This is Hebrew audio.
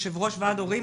הערך